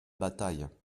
bataille